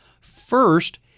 First